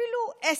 אפילו עסק,